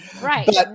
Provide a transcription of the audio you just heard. Right